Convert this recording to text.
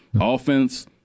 Offense